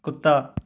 ਕੁੱਤਾ